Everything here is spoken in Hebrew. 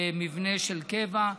מבנה של קבע.